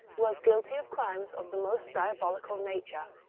was guilty of crimes of the most diabolical nature.